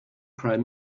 prime